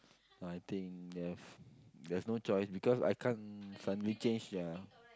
so I think there's there's no choice because I can't suddenly change ya